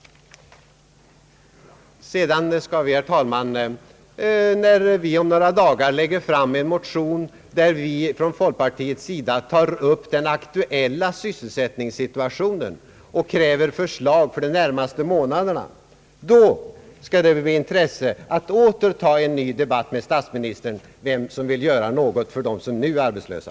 Sedan, herr talman, när vi inom folkpartiet om några dagar lägger fram en motion rörande den aktuella sysselsättningssituationen och kräver förslag för de närmaste månaderna, då vore det intressant att få en ny debatt med statsministern om vem som vill göra något för dem som blivit arbetslösa.